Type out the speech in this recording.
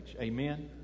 Amen